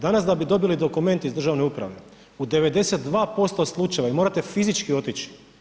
Danas, da bi dobili dokument iz državne uprave, u 92% slučajeva morate fizički otići.